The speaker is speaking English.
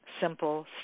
simple